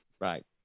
Right